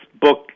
book